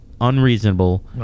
unreasonable